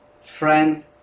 friend